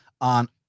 on